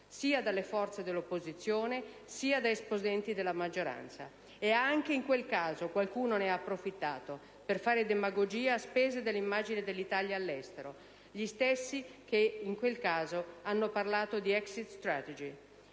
sia dalle forze dell'opposizione sia da esponenti della maggioranza. E anche in quel caso qualcuno ne ha approfittato per fare demagogia a spese dell'immagine dell'Italia all'estero: gli stessi che allora hanno parlato di *exit strategy*,